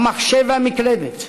המחשב והמקלדת.